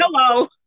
Hello